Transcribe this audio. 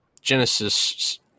Genesis